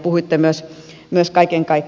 puhuitte myös kaiken kaik